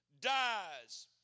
dies